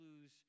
lose